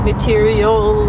Material